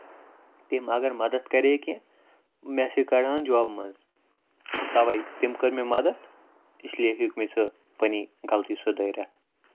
تٔمۍ اَگر مدتھ کرے کیٚنٛہہ مےٚ سا کَڈٕہَن جابہٕ منٛز تَوے تٔمۍ کٔر مےٚ مدتھ اس لیے ہیٚوک مےٚ سۅ پَنٕنۍ غلطی سُدٲرِتھ